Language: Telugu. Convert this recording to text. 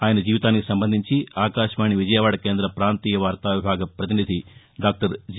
ఆయన జీవితానికి సంబంధించి ఆకాశవాణి విజయవాడ కేంద ప్రాంతీయ వార్తా విభాగ పతినిధి డాక్టర్ జి